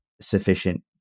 sufficient